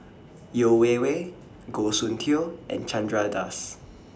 Yeo Wei Wei Goh Soon Tioe and Chandra Das